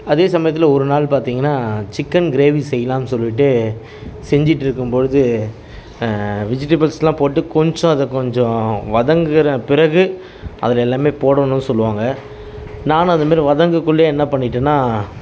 அதே சமயத்தில் ஒரு நாள் பார்த்தீங்கன்னா சிக்கன் கிரேவி செய்லாம்னு சொல்லிவிட்டு செஞ்சிட்டிருக்கும்பொழுது விஜிடேபிள்ஸ்லாம் போட்டு கொஞ்சம் அதை கொஞ்சம் வதங்கின பிறகு அதில் எல்லாமே போடணும் சொல்வாங்க நானும் அதுமாரி வதங்கக்குள்ளே என்ன பண்ணிட்டேன்னால்